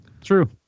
True